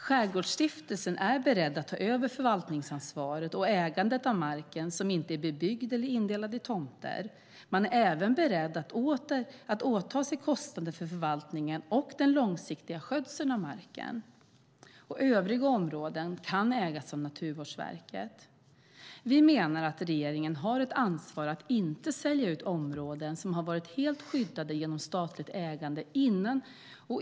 Skärgårdsstiftelsen är beredd att ta över förvaltningsansvaret och ägandet av marken som inte är bebyggd eller indelad i tomter. Den är även beredd att åta sig kostnaden för förvaltningen och den långsiktiga skötseln av marken. Övriga områden kan ägas av Naturvårdsverket. Vi menar att regeringen har ett ansvar att inte sälja ut områden som har varit helt skyddade genom statligt ägande.